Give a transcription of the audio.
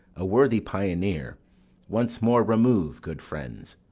a worthy pioner once more remove, good friends.